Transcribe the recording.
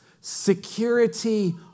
security